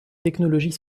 technologies